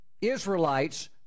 Israelites